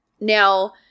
Now